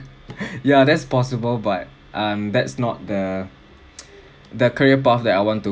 ya that's possible but um that's not the the career path that I want to